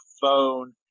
phone